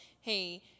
hey